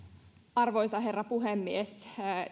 arvoisa herra puhemies